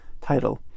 title